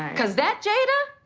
because that, jada,